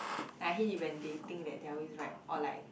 I hate it when they think that they are always right or like